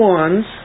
ones